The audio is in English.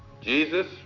Jesus